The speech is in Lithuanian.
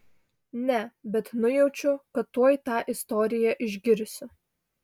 ne bet nujaučiu kad tuoj tą istoriją išgirsiu